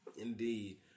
Indeed